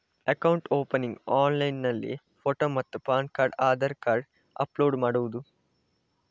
Account opening ಆನ್ಲೈನ್ನಲ್ಲಿ photo ಮತ್ತು PAN card Aadhaar card upload ಮಾಡುವುದು?